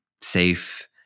safe